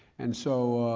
and so,